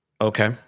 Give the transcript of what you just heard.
Okay